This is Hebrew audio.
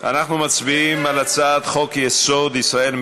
אנחנו מצביעים על הצעת חוק-יסוד: ישראל,